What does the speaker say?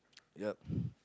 ya